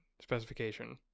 specification